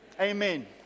Amen